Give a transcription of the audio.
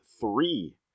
three